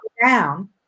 down